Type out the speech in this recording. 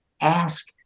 ask